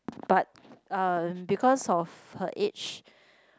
but uh because of her age